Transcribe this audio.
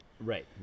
Right